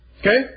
Okay